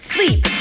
Sleep